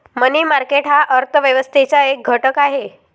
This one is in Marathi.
मनी मार्केट हा अर्थ व्यवस्थेचा एक घटक आहे